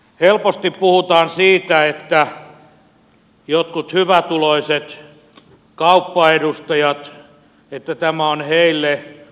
helposti puhutaan siitä että joillekuille hyvätuloisille kauppaedustajille tämä on lisätuloa ekstrapalkkaa